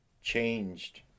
changed